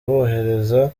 bohereza